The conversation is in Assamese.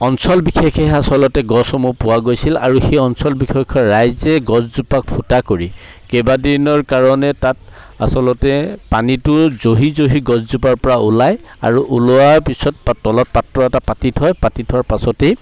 অঞ্চল বিশেষেহে আচলতে গছসমূহ পোৱা গৈছিল আৰু সেই অঞ্চল বিশেষকৈ ৰাইজে গছজোপাক ফুটা কৰি কেইবাদিনৰ কাৰণে তাত আচলতে পানীটো জহি জহি গছজোপাৰ পৰা ওলায় আৰু ওলোৱাৰ পিছত তলত পাত্ৰ এটা পাতি থয় পাতি থোৱাৰ পাছতেই